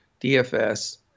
DFS